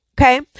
okay